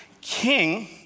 king